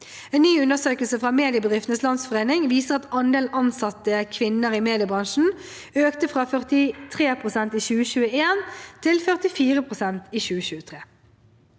En ny undersøkelse fra Mediebedriftenes Landsforening viser at andelen ansatte kvinner i mediebransjen økte fra 43 pst. i 2021 til 44 pst. i 2023.